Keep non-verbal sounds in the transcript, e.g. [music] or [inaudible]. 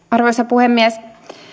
[unintelligible] arvoisa puhemies